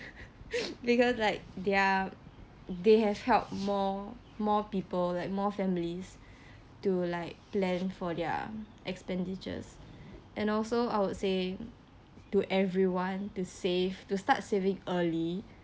because like they are they have helped more more people like more families to like plan for their expenditures and also I would say to everyone to save to start saving early